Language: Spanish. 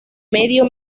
medio